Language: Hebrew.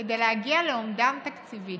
כדי להגיע לאומדן תקציבי,